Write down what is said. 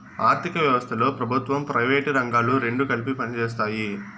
ఆర్ధిక వ్యవస్థలో ప్రభుత్వం ప్రైవేటు రంగాలు రెండు కలిపి పనిచేస్తాయి